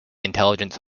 intelligence